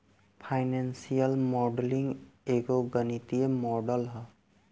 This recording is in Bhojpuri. फाइनेंशियल मॉडलिंग एगो गणितीय मॉडल ह